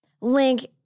Link